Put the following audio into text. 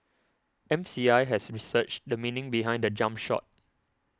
M C I has researched the meaning behind the jump shot